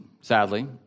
Sadly